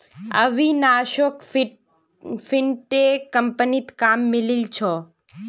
अविनाशोक फिनटेक कंपनीत काम मिलील छ